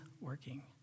working